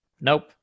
nope